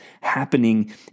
happening